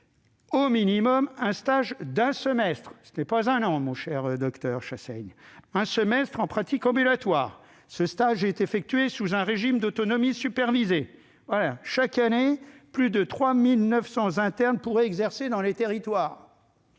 au minimum un stage d'un semestre ...»- et non d'un an, mon cher docteur Chasseing -«... en pratique ambulatoire. Ce stage [...] est effectué sous un régime d'autonomie supervisée ». Chaque année, plus de 3 900 internes pourraient donc exercer dans les territoires.